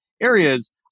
areas